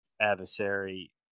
adversary